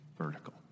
vertical